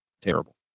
terrible